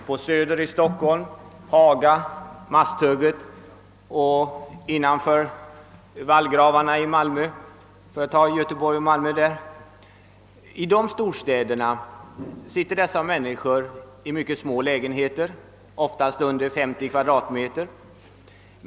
På Söder i Stockholm, i Haga och Masthugget i Göteborg och innanför vallgravarna i Malmö lever dessa människor i mycket små lägenheter, oftast under 50 kvadratmeter.